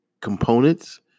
components